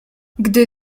gdy